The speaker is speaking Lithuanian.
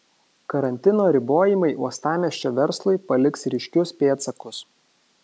karantino ribojimai uostamiesčio verslui paliks ryškius pėdsakus